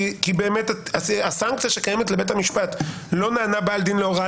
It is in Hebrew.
כי הסנקציה שקיימת לבית המשפט: "לא נענה בעל דין להוראה,